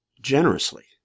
generously